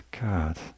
god